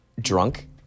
drunk